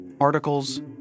articles